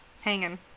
hanging